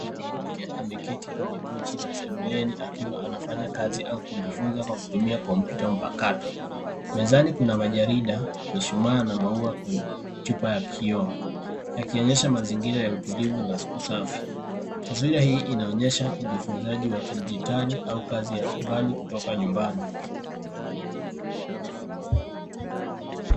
Mwanamke ameketi kwenye kochi la sebuleni akiwa anafanya kazi au kujifunza kwa kutumia kompyuta mpakato. Mezani kuna majarida, mishuma na maua kwenye chupa ya kioo, yakionyesha mazingira ya utulivu na usafi. Taswira hii inaonyesha ujifunzaji wa kidijitali au kazi ya mbali kutoka nyumbani.